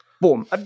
boom